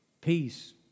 Peace